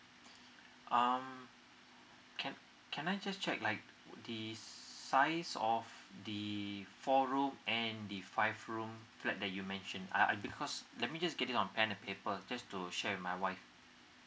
um can can I just check like the size of the four room and the five room flat that you mentioned uh I because let me just get it on pen and paper just to share with my wife